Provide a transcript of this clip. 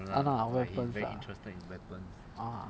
ah lah weapons ah ah